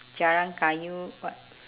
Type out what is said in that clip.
jalan kayu what